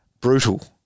Brutal